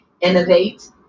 innovate